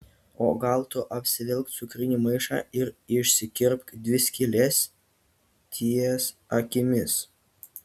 o gal tu apsivilk cukrinį maišą ir išsikirpk dvi skyles ties akimis